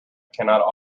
cannot